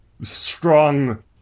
strong